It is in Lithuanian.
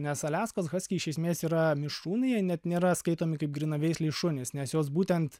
nes aliaskos haskiai iš esmės yra mišrūnai jei net nėra skaitomi kaip grynaveisliai šunys nes jos būtent